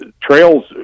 trails